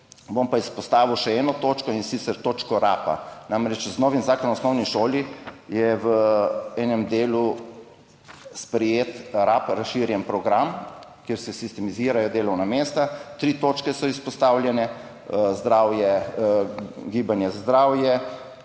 Bom pa izpostavil še eno točko, in sicer točko RaP. Namreč, z novim zakonom o osnovni šoli je v enem delu sprejet RaP, Razširjeni program, kjer se sistemizirajo delovna mesta. Tri točke so izpostavljene: zdravje,